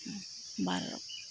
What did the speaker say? ᱵᱟᱨ